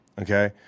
okay